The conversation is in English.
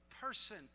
person